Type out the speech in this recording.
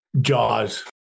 jaws